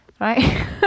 right